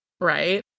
Right